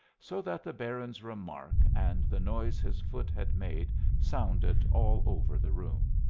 so that the baron's remark and the noise his foot had made sounded all over the room.